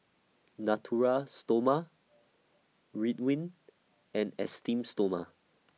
Natura Stoma Ridwind and Esteem Stoma